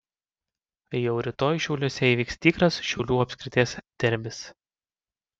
jau rytoj šiauliuose įvyks tikras šiaulių apskrities derbis